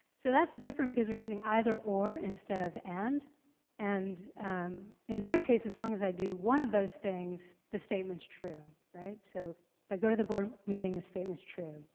so that's different because we're using either or instead of and and in that case, as long as i do one of those things, the statement's true, right? so if i go to the board meeting, the statement's true.